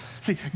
See